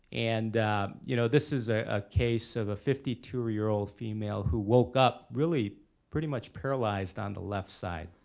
and you know this is ah a case of a fifty two year old female who woke up really pretty much paralyzed on the left side.